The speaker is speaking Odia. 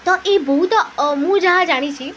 ତ ଏଇ ବହୁତ ମୁଁ ଯାହା ଜାଣିଛି